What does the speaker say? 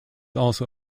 also